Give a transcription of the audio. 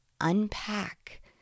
unpack